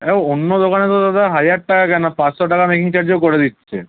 হ্যাঁ অন্য দোকানে তো দাদা হাজার টাকা কেন পাঁচশো টাকা মেকিং চার্জেও করে দিচ্ছে